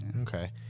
Okay